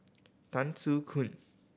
Tan Soo Khoon